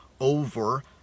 over